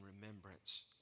remembrance